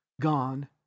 gone